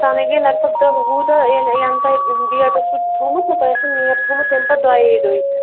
تَنے گٔے لگ بگ دہ وُہ دۄہ ییٚلہِ یَنہٕ تۄہہِ ڈیٹ اوسوٕ تھومُت نا تۄہہِ اوسوٕ نیب تھومُت تَمہِ پَتہٕ دۄیے دُہۍ